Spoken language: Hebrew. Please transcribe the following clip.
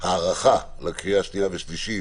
ההארכה לקריאה שנייה ושלישית,